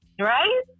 Right